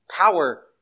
power